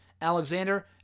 Alexander